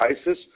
ISIS